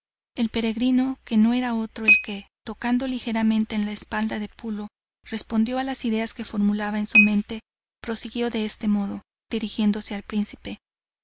el peregrino que no era otro el que tocando ligeramente en la espalda de pulo respondió a las ideas que formulaba en su mente prosiguió de este modo dirigiéndose al príncipe